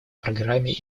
программе